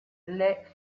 les